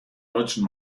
deutschen